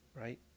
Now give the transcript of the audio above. right